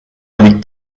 liegt